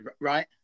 right